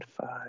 five